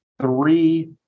three